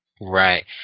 Right